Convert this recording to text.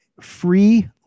Free